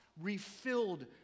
refilled